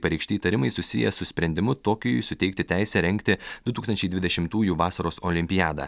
pareikšti įtarimai susiję su sprendimu tokijui suteikti teisę rengti du tūkstančiai dvidešimtųjų vasaros olimpiadą